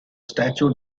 statue